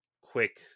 quick